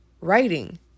writing